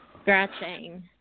Scratching